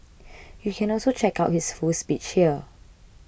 you can also check out his full speech here